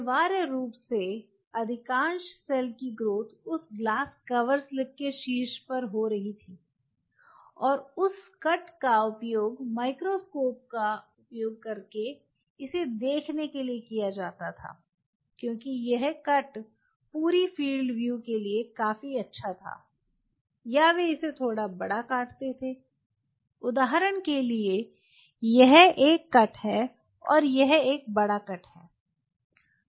अनिवार्य रूप से अधिकांश सेल की ग्रोथ उस ग्लास कवरस्लिप के शीर्ष पर हो रही थी और उस कट का उपयोग माइक्रोस्कोप का उपयोग करके इसे देखने के लिए किया जाता था क्योंकि यह कट पूरी फील्ड व्यू के लिए काफी अच्छा था या वे इसे थोड़ा बड़ा काटते थे उदाहरण के लिए यह एक कट है और यह एक बड़ा कट है